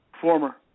former